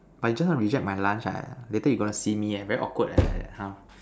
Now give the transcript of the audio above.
but just now you reject my lunch ah later you go and see me eh very awkward leh like that how